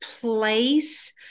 place